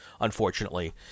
unfortunately